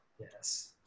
Yes